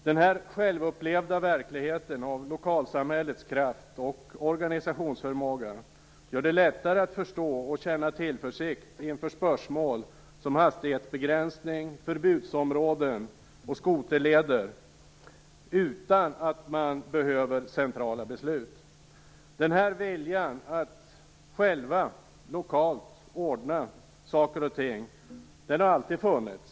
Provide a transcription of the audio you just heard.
Denna självupplevda verklighet, dvs. lokalsamhällets kraft och organisationsförmåga, gör det lättare att förstå och känna tillförsikt inför spörsmål som hastighetsbegränsning, förbudsområden och skoterleder utan att man behöver centrala beslut. Viljan att själv lokalt ordna saker och ting har alltid funnits.